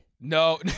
no